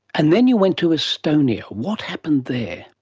and then you went to estonia. what happened there?